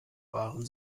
waren